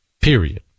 period